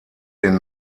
den